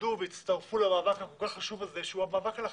יתמודדו ויצטרפו למאבק הכול כך חשוב הזה שהוא המאבק על החיים,